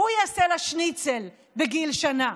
הוא יעשה לה שניצל בגיל שנה.